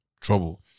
trouble